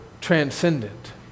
transcendent